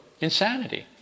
insanity